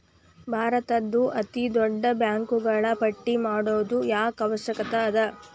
ಭಾರತದ್ದು ಅತೇ ದೊಡ್ಡ ಬ್ಯಾಂಕುಗಳ ಪಟ್ಟಿ ಮಾಡೊದು ಯಾಕ್ ಅವಶ್ಯ ಅದ?